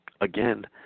again